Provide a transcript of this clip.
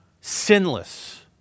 sinless